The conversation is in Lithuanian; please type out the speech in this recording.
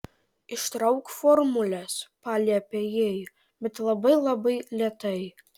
ištrauk formules paliepė jai bet labai labai lėtai